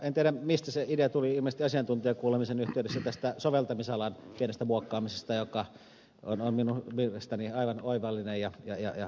en tiedä mistä se idea tuli ilmeisesti asiantuntijakuulemisen yhteydessä tästä soveltamisalan pienestä muokkaamisesta joka on minun mielestäni aivan oivallinen ja kannatettava